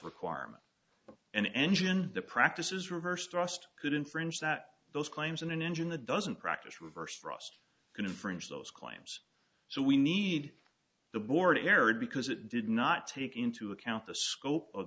requirement of an engine the practices reverse thrust could infringe that those claims in an engine the doesn't practice reverse thrust can infringe those claims so we need the border area because it did not take into account the scope of